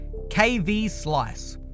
KVSlice